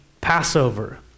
Passover